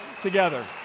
Together